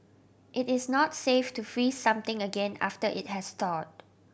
it is not safe to freeze something again after it has thawed